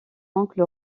oncle